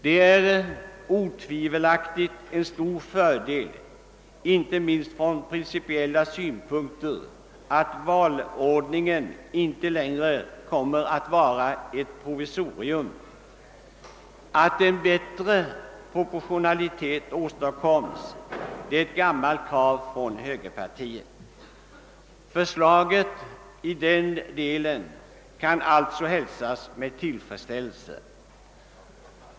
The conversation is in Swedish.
Det är otvivelaktigt en stor fördel inte minst från principiella synpunkter att valordningen inte längre kommer att vara ett provisorium. Att en bättre proportionalitet åstadkoms är ett gammalt krav från högerpartiet. Förslaget i denna del kan alltså hälsas med tillfredsställelse.